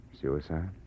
Suicide